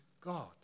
God